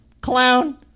clown